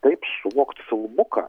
taip suvokt filmuką